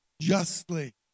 justly